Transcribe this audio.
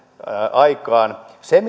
aikaan se